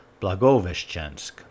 Blagoveshchensk